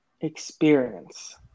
experience